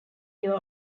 your